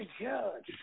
judge